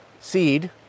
Seed